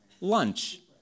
lunch